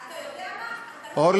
אתה יודע מה, אתה לא